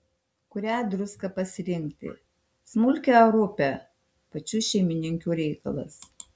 kurią druską pasirinkti smulkią ar rupią pačių šeimininkių reikalas